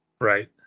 Right